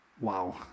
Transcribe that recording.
wow